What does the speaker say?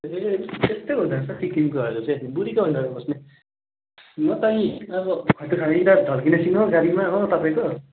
ए त्यस्तै हुँदो रहेछ सिक्किमकोहरू चाहिँ बुढिको अन्डरमा बस्ने म त यी अब खट्टु खाएर ढल्किने सिन हो गाडीमा हो तपाईँको